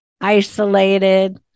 isolated